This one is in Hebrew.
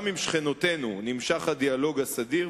גם עם שכנותינו נמשך הדיאלוג הסדיר,